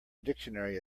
dictionary